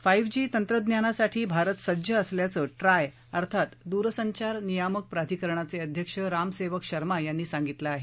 five G तंत्रज्ञानासाठी भारत सज्ज असल्याचं ट्राय अर्थात दूरसंचार नियामक प्राधिकरणाचे अध्यक्ष राम सेवक शर्मा यांनी सांगितलं आहे